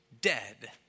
dead